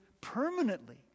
permanently